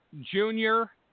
Junior